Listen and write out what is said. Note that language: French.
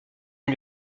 lui